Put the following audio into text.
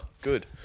good